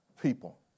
people